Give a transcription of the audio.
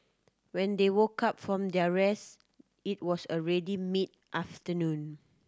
when they woke up from their rest it was already mid afternoon